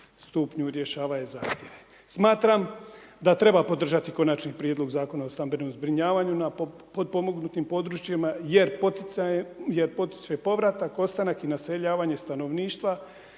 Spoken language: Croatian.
stupnju rješavaju zahtjeve. Smatram da treba podržati Konačni prijedlog Zakona o stambenom zbrinjavanju na potpomognutim područjima jer potiče povratak, ostanak i naseljavanje stanovništva